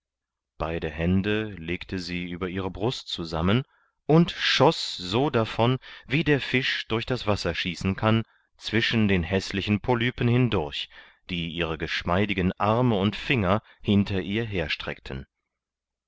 beide hände legte sie über ihre brust zusammen und schoß so davon wie der fisch durch das wasser schießen kann zwischen den häßlichen polypen hindurch die ihre geschmeidigen arme und finger hinter ihr herstreckten